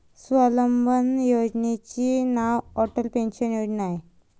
स्वावलंबन योजनेचे नाव अटल पेन्शन योजना आहे